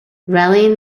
rallying